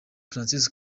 francis